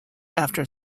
after